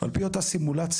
על פי אותה סימולציה